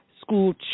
school